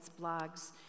blogs